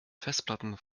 festplatten